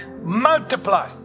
Multiply